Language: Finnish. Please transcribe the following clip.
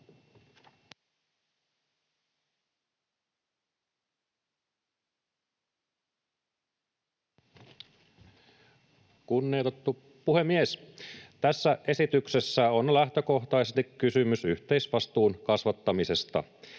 Kunnioitettu puhemies! Tässä esityksessä on lähtökohtaisesti kysymys yhteisvastuun kasvattamisesta.